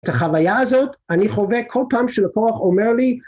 את החוויה הזאת, אני חווה כל פעם שלקוח אומר לי,